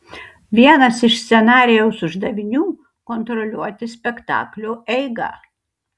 vienas iš scenarijaus uždavinių kontroliuoti spektaklio eigą